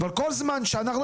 כל זמן שאנחנו,